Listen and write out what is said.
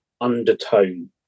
undertone